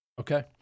Okay